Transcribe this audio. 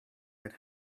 had